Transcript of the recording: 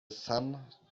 sun